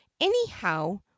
anyhow